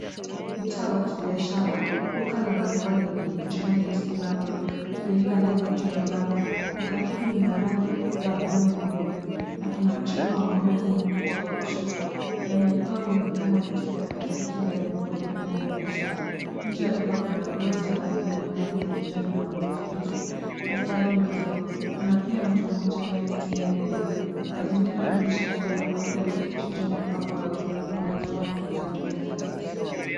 Mtaa wa kibiashara. Jina la maziwa lililoandikwa (cs) Yustiner milk (cs) liloandikwa juumlango . Duka hii ina rangi bluu na nyeupe na kuna mchoro wa ng'ombe kwenye ukuta wa kushoto . Ndani ya duka kunaonekana viti vya plastiki na vyombo mbalimbali vya biashara . Nje ya duka kuna ndoo za rangi mbalimbali za kijani na buluu zilizohifadhi maziwa . Kuna pia mtu mmoja anayeketi ndani ya duka. Mazingira yanaonyesha duka la kawaida la kijijini ambapo watu hununua maziwa na bidhaa nyingine za kila siku.